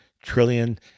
Trillion